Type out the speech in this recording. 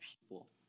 people